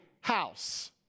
house